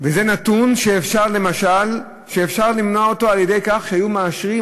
זה למשל נתון שאפשר למנוע אותו על-ידי כך שהיו מאשרים,